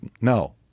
No